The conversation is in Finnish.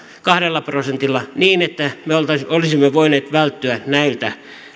kahdella prosentilla niin että me olisimme voineet välttyä näiltä